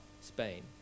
Spain